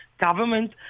government